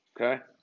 Okay